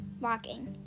walking